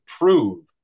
prove